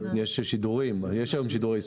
יש היום שידורי ספורט.